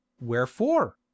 wherefore